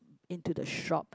into the shop